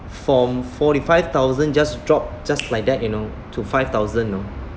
from forty five thousand just drop just like that you know to five thousand know